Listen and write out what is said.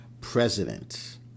president